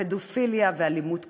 פדופיליה ואלימות קשה,